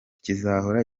kizahora